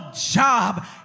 job